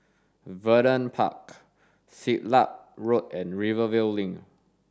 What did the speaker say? Vernon Park Siglap Road and Rivervale Link